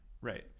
right